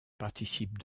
participe